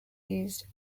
used